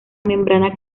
membrana